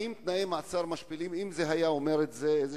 אם היה אומר את זה איזה